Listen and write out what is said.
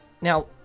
now